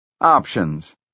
Options